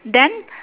then